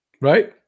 Right